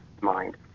mind